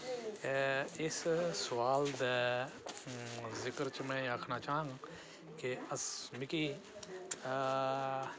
इस सोआल दे जिकर च में एह् आक्खना चांह्ङ के अस मिगी